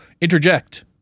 interject